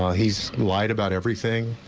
he's lied about everything.